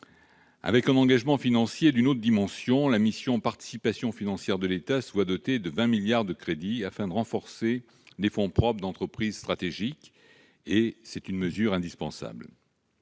Avec un engagement financier d'une autre dimension, la mission « Participation financière de l'État » est dotée de 20 milliards d'euros de crédits, pour renforcer les fonds propres d'entreprises stratégiques. C'est une mesure indispensable.